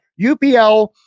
upl